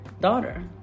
daughter